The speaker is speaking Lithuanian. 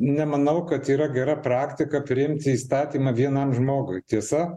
nemanau kad yra gera praktika priimti įstatymą vienam žmogui tiesa